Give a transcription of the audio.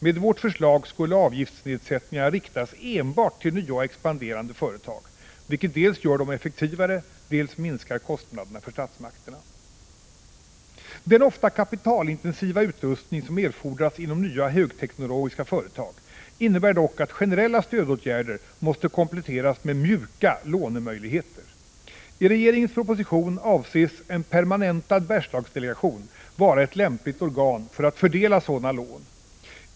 Med vårt förslag skulle avgiftsnedsättningarna riktas enbart till nya och expanderande företag, vilket dels gör dem effektivare, dels minskar kostnaderna för statsmakterna. Den ofta kapitalintensiva utrustning som erfordras inom nya, högteknologiska förslag innebär dock att generella stödåtgärder måste kompletteras med ”mjuka” lånemöjligheter. I regeringens proposition anses en permanentad Bergslagsdelegation vara ett lämpligt organ för att fördela sådana lån.